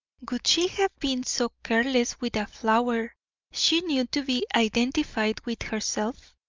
would she have been so careless with a flower she knew to be identified with herself?